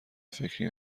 فکری